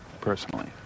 personally